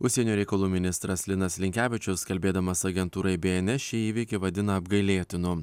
užsienio reikalų ministras linas linkevičius kalbėdamas agentūrai bė en es šį įvykį vadina apgailėtinu